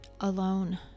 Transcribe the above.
alone